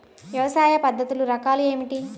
వ్యవసాయ పద్ధతులు రకాలు ఏమిటి?